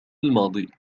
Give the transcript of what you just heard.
الماضي